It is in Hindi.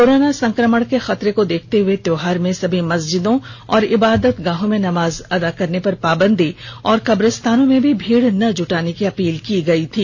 कोरोना संकमण के खतरे को देखते हुए त्योहार में सभी मस्जिदों और इबादतगाहों में नमाज अदा करने पर पाबंदी और कब्रिस्तानों में भी भीड़ न जुटाने की अपील की गयी थी